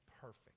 perfect